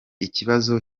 ikibazo